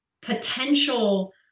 potential